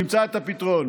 נמצא את הפתרון.